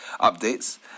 updates